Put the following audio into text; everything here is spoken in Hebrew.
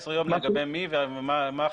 14 ימים לגבי מי ומי החריגים?